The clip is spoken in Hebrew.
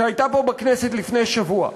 שהייתה פה בכנסת לפני כשבוע.